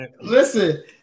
Listen